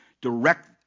direct